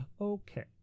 okay